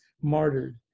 martyred